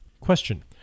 Question